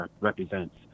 represents